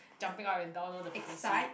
jumping up and down orh the frequency